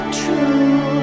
true